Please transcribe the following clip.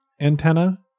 antenna